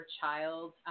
child